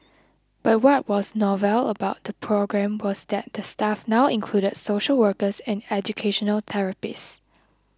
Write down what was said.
but what was novel about the programme was that the staff now included social workers and educational therapists